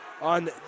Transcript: on